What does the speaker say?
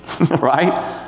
right